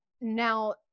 now